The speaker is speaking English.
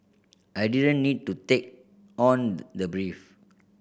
I didn't need to take on the brief